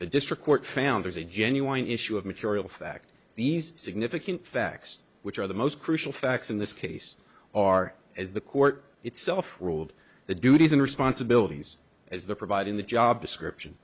the district court found there's a genuine issue of material fact these significant facts which are the most crucial facts in this case are as the court itself ruled the duties and responsibilities as the providing the job description